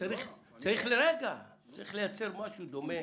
צריך לייצר משהו דומה,